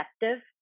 perceptive